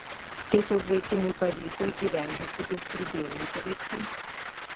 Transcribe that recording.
tiesiog vaikinui pavyko įgyvendinti bezpridielnikų veiksmus